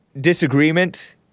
disagreement